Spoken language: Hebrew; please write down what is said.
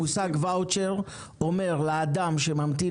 המושג ואוצ'ר אומר לאדם שממתין